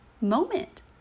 moment